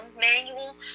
manual